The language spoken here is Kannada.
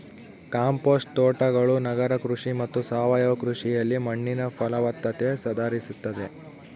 ಕಾಂಪೋಸ್ಟ್ ತೋಟಗಳು ನಗರ ಕೃಷಿ ಮತ್ತು ಸಾವಯವ ಕೃಷಿಯಲ್ಲಿ ಮಣ್ಣಿನ ಫಲವತ್ತತೆ ಸುಧಾರಿಸ್ತತೆ